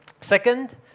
Second